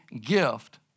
gift